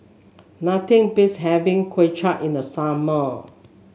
nothing beats having Kway Chap in the summer